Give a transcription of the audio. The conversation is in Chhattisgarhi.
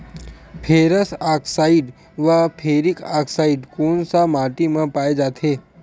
फेरस आकसाईड व फेरिक आकसाईड कोन सा माटी म पाय जाथे?